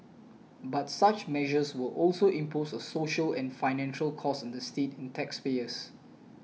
but such measures will also impose a social and financial costs on the state and taxpayers